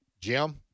Jim